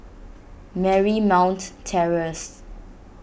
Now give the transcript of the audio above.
Marymount Terrace